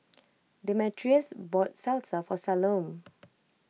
Demetrius bought Salsa for Salome